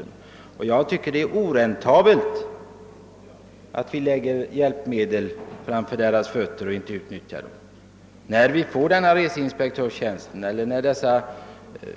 Enligt min mening är det oräntabelt att lägga hjälpmedel framför vederbörandes fötter utan att medlen kommer till användning. När